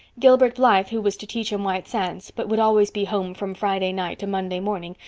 gilbert blythe, who was to teach in white sands but would always be home from friday night to monday morning,